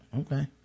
okay